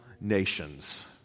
nations